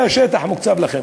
זה השטח המוקצב לכם.